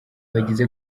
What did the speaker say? bagize